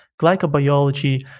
glycobiology